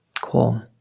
Cool